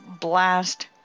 blast